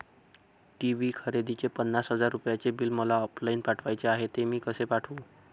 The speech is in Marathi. टी.वी खरेदीचे पन्नास हजार रुपयांचे बिल मला ऑफलाईन पाठवायचे आहे, ते मी कसे पाठवू?